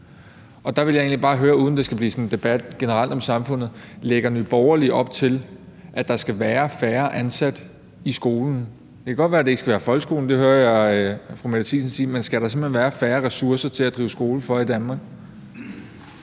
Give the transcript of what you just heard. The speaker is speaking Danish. Der vil jeg egentlig bare høre, uden det sådan skal blive en debat om samfundet generelt: Lægger Nye Borgerlige op til, at der skal være færre ansatte i skolen? Det kan godt være, det ikke skal gælde folkeskolen – det hører jeg fru Mette Thiesen sige – men skal der simpelt hen være færre ressourcer til at drive skole for i Danmark?